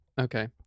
Okay